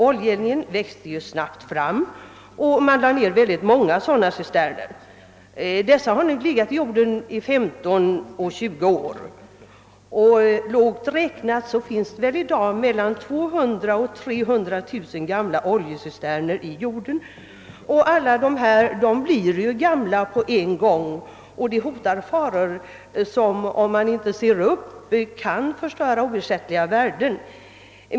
Oljeeldningen växte snabbt fram, och man grävde ned många sådana cisterner. Dessa har nu legat i jorden i 15— 20 år. Lågt räknat finns det i dag mellan 200 000 och 300 000 äldre oljecisterner. Alla dessa blir gamla på en gång, och det hotar därför faror som, om man inte ser upp, kan förstöra oersättliga värden.